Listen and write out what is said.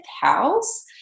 house